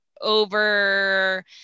over